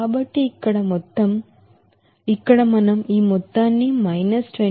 కాబట్టి ఇక్కడ మనం ఈ మొత్తాన్ని మైనస్ 216